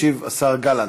ישיב השר גלנט.